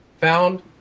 found